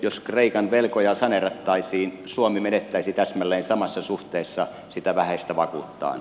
jos kreikan velkoja saneerattaisiin suomi menettäisi täsmälleen samassa suhteessa sitä vähäistä vakuuttaan